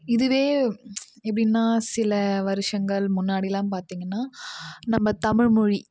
இதுவே எப்படினா சில வருடங்கள் முன்னாடிலாம் பார்த்திங்கன்னா நம்ம தமிழ்மொழி